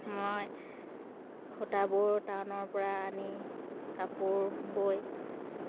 মই সূতাবোৰ টাউনৰ পৰা আনি কাপোৰ বৈ